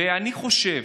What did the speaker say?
אני חושב,